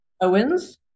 Owens